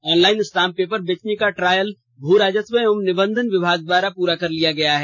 online stamp paper बेचने का trial भू राजस्व एवं निबंधन विभाग द्वारा पूरा कर लिया गया है